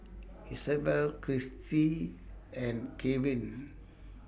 Isobel Christie and Keven